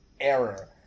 error